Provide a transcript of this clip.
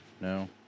No